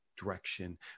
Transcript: Direction